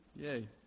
Yay